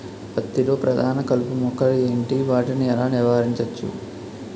పత్తి లో ప్రధాన కలుపు మొక్కలు ఎంటి? వాటిని ఎలా నీవారించచ్చు?